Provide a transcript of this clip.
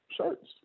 Shirts